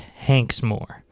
Hanksmore